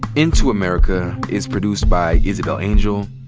into america is produced by isabel angel,